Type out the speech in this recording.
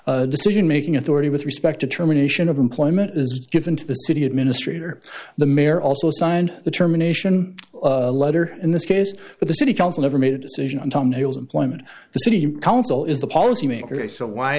final decision making authority with respect to terminations of employment is given to the city administrator the mayor also signed the terminations letter in this case but the city council never made a decision on time heals employment the city council is the policy makers so why